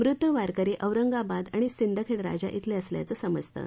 मृत वारकरी औरंगाबाद आणि सिंदखेड राजा श्रेले असल्याचं समजतं